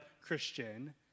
Christian